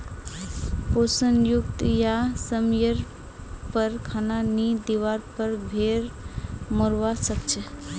पोषण युक्त या समयर पर खाना नी दिवार पर भेड़ मोरवा सकछे